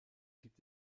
gibt